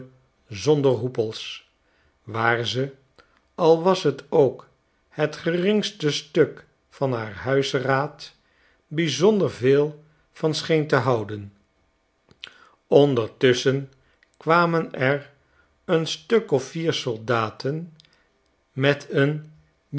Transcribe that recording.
zonder hoepels waar ze al was het ook het geringste stuk van haar huisraad bijzonder veel van scheen te houden ondertusschen kwamen er een stuk of vier soldaten met een